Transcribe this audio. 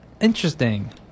Interesting